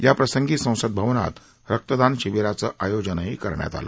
या प्रसंगी संसद भवनात रक्तदान शिविराचं आयोजनही करण्यात आलं